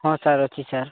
ହଁ ସାର୍ ଅଛି ସାର୍